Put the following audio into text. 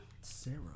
Sarah